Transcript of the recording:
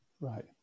Right